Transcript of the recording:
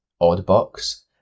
Oddbox